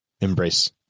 embrace